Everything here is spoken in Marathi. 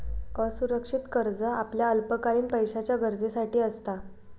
असुरक्षित कर्ज आपल्या अल्पकालीन पैशाच्या गरजेसाठी असता